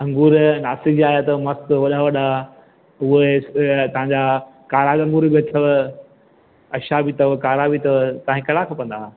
अंगूर नासिक जा आहिया अथव मस्तु वॾा वॾा उहे ऐं तव्हांजा कारा अंगूर बि अथव अछा बि अथव कारा बि अथव तव्हांखे कहिड़ा खपंदा हुआ